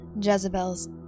Jezebel's